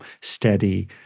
steady